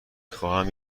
خواهم